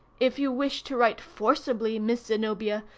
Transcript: if you wish to write forcibly, miss zenobia,